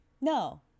no